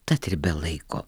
tad ir be laiko